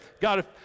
God